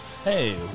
Hey